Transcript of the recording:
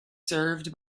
served